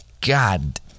God